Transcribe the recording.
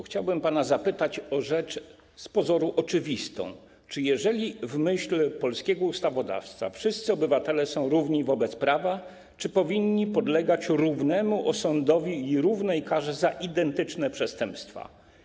Chciałbym pana zapytać o rzecz z pozoru oczywistą: Czy jeżeli w myśl polskiego ustawodawstwa wszyscy obywatele są równi wobec prawa, czy powinni podlegać równemu osądowi i równej karze za identyczne przestępstwa?